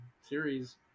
series